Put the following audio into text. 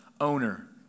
Owner